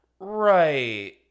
Right